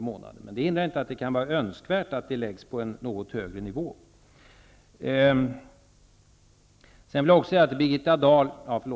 i månaden. Det innebär emellertid inte att det inte är önskvärt att det kanske läggs på en något högre nivå.